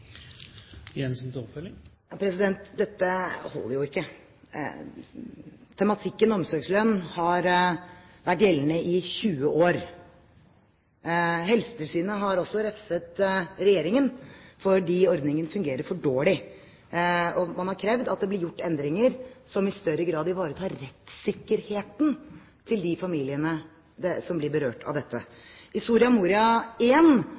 Dette holder jo ikke. Ordningen med omsorgslønn har vært gjeldende i 20 år. Helsetilsynet har også refset regjeringen fordi ordningen fungerer for dårlig, og man har krevd at det blir gjort endringer som i større grad ivaretar rettssikkerheten til de familiene som blir berørt av